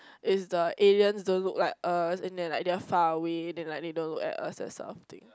is the aliens don't look like us and like they are faraway then they don't look at us that sort of thing